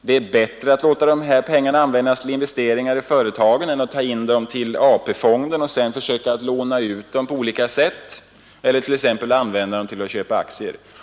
Det är bättre att låta de pengarna användas till investeringar i företagen än att ta in dem till AP-fonden och sedan försöka låna ut dem på olika sätt eller t.ex. använda dem till aktieköp.